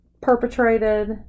perpetrated